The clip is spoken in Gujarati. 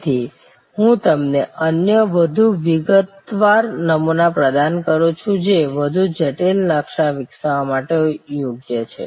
તેથી હું તમને અન્ય વધુ વિગતવાર નમૂના પ્રદાન કરું છું જે વધુ જટિલ નકશા વિકસાવવા માટે યોગ્ય છે